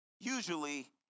Usually